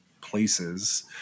places